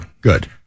Good